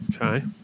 Okay